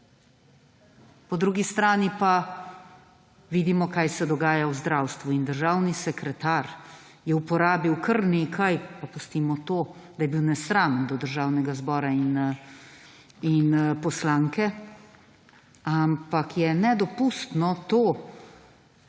Po drugi strani pa vidimo kaj se dogaja v zdravstvu in državni sekretar je uporabil kar nekaj pa pustimo to, da je bil nesramen do Državnega zbora in poslanke, ampak je nedopustno to,